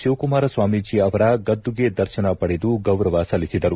ಶಿವಕುಮಾರ ಸ್ವಾಮೀಜಿ ಅವರ ಗದ್ದುಗೆ ದರ್ತನ ಪಡೆದು ಗೌರವ ಸಲ್ಲಿಸಿದರು